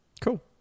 Cool